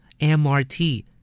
MRT